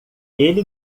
ele